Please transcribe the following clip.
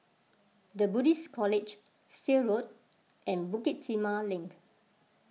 the Buddhist College Still Road and Bukit Timah Link